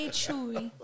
chewy